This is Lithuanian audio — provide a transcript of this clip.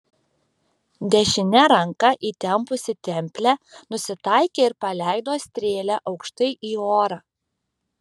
dešine ranka įtempusi templę nusitaikė ir paleido strėlę aukštai į orą